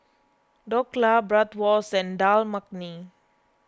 Dhokla Bratwurst and Dal Makhani